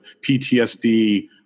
PTSD